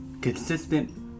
consistent